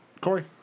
Corey